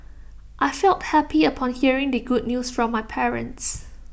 I felt happy upon hearing the good news from my parents